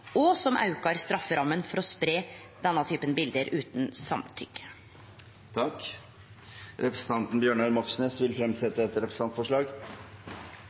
og som aukar strafferamma for å spreie den typen bilde utan samtykke. Representanten Bjørnar Moxnes vil fremsette et representantforslag.